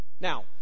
Now